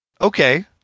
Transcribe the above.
Okay